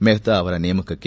ಮೆಹ್ತಾ ಅವರ ನೇಮಕಕ್ಕೆ